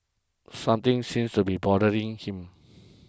something seems to be bothering him